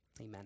amen